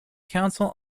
council